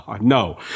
No